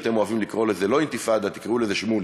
אתם אוהבים לקרוא לזה לא "אינתיפאדה"; תקראו לזה "שמוליק",